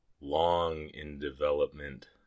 long-in-development